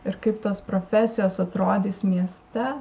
ir kaip tos profesijos atrodys mieste